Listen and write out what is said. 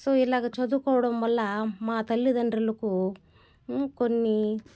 so ఇలాగా చదువుకోవడం వల్ల మా తల్లిదండ్రులకు కొన్ని